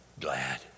glad